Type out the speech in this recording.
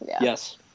Yes